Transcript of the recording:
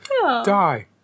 Die